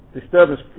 disturbance